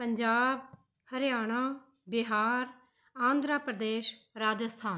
Punjab Haryana Bihar Andhra Pradesh Rajasthan